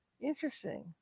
interesting